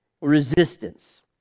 resistance